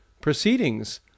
proceedings